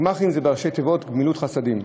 גמ"חים זה ראשי תיבות של גמילות חסדים.